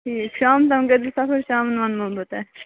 ٹھیٖک شام تام کٔرۍزِ صفر شامن ونمو بہٕ تۄہہِ